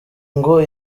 ngo